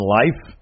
life